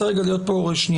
לא הייתה הבנה אחרת בוועדה.